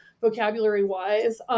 vocabulary-wise